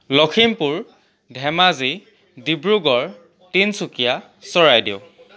Lakhimpur Dhemaji Dibrugarh Tinsukia Charaideo